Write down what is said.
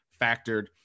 factored